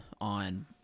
on